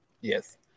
Yes